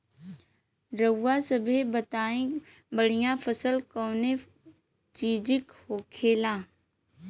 रउआ सभे बताई बढ़ियां फसल कवने चीज़क होखेला?